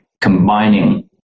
combining